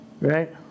Right